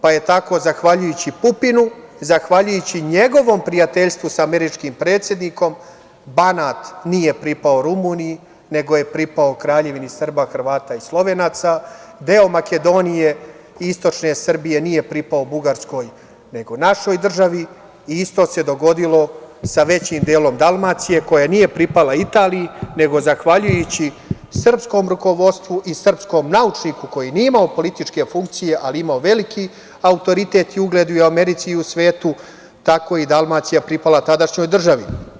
Zahvaljujući Pupinu, zahvaljujući njegovom prijateljstvu sa američkim predsednikom, Banat nije pripao Rumuniji, nego je pripao Kraljevini SHS, deo Makedonije i istočne Srbije nije pripao Bugarskoj nego našoj državi i isto se dogodilo sa većim delom Dalmacije, koja nije pripala Italiji nego, zahvaljujući srpskom rukovodstvu i srpskom naučniku koji nije imao političke funkcije ali je imao veliki autoritet i ugled i u Americi i u Svetu, tako je Dalmacija pripala tadašnjoj državi.